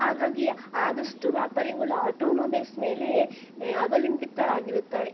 ಹಾಗಾಗಿ ಆದಷ್ಟು ವ್ಯಾಪಾರಿಗಳು ಆಟೋಮೊಬೈಲ್ಸ್ ಮೇಲೆ ಅವಲಂಬಿತರಾಗಿರುತ್ತಾರೆ